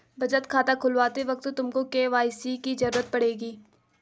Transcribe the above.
बचत खाता खुलवाते वक्त तुमको के.वाई.सी की ज़रूरत पड़ेगी